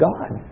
God